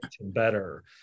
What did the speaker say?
better